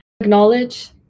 acknowledge